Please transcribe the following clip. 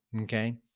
okay